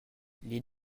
les